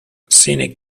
scenic